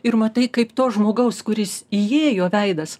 ir matai kaip to žmogaus kuris įėjo veidas